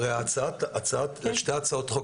הרי שתי הצעות החוק,